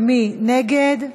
ומי נגד?